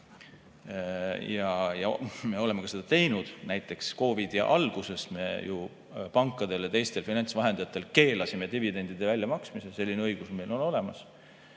Me oleme seda ka teinud. Näiteks COVID-i alguses me ju pankadel ja teistel finantsvahendajatel keelasime dividendide väljamaksmise. Selline õigus on meil olemas.